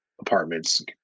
apartments